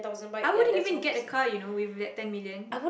I wouldn't even get a car you know with that ten million